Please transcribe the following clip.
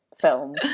film